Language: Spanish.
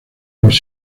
los